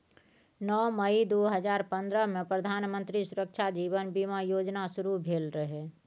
नौ मई दु हजार पंद्रहमे प्रधानमंत्री सुरक्षा जीबन बीमा योजना शुरू भेल रहय